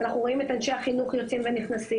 אנחנו רואים את אנשי החינוך יוצאים ונכנסים,